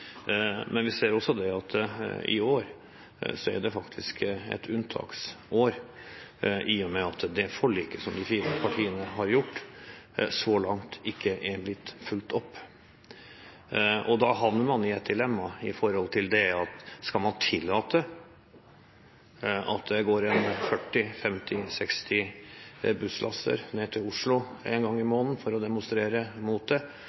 men vi ser også at i år er det faktisk et unntaksår i og med at det forliket som de fire partiene har gjort, så langt ikke er blitt fulgt opp. Da havner man i et dilemma ved at skal man tillate at det går 40, 50, 60 busslaster til Oslo en gang i måneden for å demonstrere mot det,